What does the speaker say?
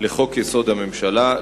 לחוק-יסוד: הממשלה,